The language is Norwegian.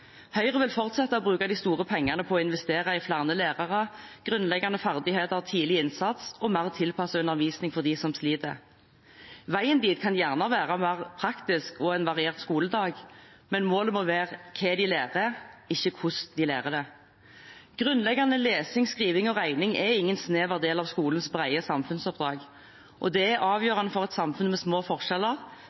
Høyre vil fortsette å bruke de store pengene på å investere i flere lærere, grunnleggende ferdigheter, tidlig innsats og mer tilpasset undervisning for dem som sliter. Veien dit kan gjerne være en mer praktisk og variert skoledag, men målet må være hva de lærer, ikke hvordan de lærer det. Grunnleggende lesing, skriving og regning er ingen snever del av skolens brede samfunnsoppdrag, og det er avgjørende for et samfunn med små forskjeller